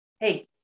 Hey